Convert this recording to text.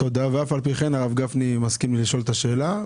ואף על פי כן הרב גפני מסכים לשאול את השאלה.